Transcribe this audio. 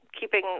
keeping